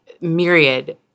myriad